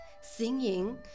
singing